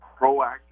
proactive